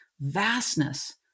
vastness